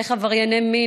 איך עברייני מין,